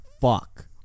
fuck